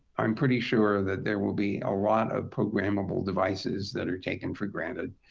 i'm pretty sure that there will be a lot of programmable devices that are taken for granted,